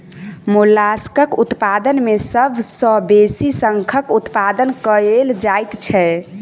मोलास्कक उत्पादन मे सभ सॅ बेसी शंखक उत्पादन कएल जाइत छै